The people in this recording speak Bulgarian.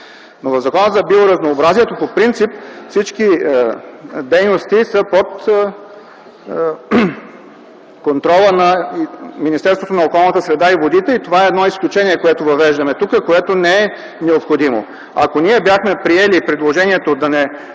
Но в Закона за биоразнообразието по принцип всички дейности са под контрола на Министерството на околната среда и водите. Това е едно изключение, което въвеждаме тук, което не е необходимо. Ако ние бяхме приели предложението да не